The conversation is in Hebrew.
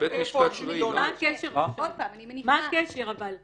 מה הקשר אבל?